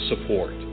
support